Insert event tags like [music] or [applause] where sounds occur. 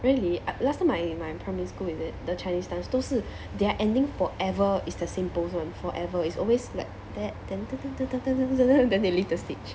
really I last time I in my primary school is it the chinese dance 都是 their ending forever is the same pose [one] forever is always like that then [noise] then they leave the stage